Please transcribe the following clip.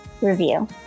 review